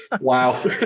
Wow